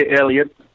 Elliott